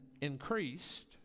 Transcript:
increased